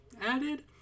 added